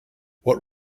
what